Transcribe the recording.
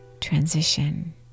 transition